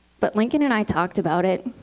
but lincoln and i talked about it,